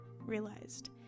realized